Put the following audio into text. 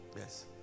Yes